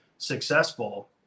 successful